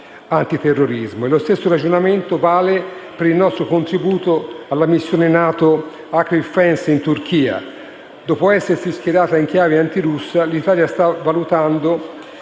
lo stesso ragionamento vale per il nostro contributo alla missione NATO "*Acrive Fence*" in Turchia. Dopo essersi schierata in chiave anti-russa, l'Italia sta valutando,